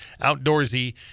outdoorsy